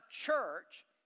church